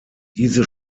diese